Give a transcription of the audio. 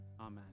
Amen